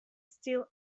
still